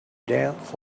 danced